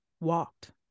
walked